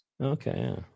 Okay